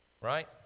Right